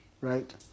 right